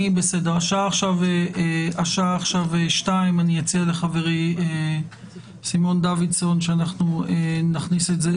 השעה עכשיו 14:00. אני אציע לחברי סימון דוידסון שנכניס את זה.